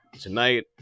tonight